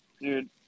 Dude